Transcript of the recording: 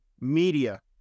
media